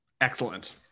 Excellent